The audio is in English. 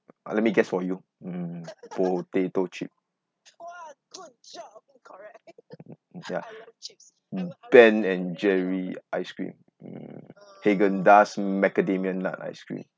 uh let me guess for you mm potato chip yeah mm Ben & Jerry ice-cream mm Haagen Dazs macadamian nut ice-cream